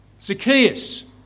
Zacchaeus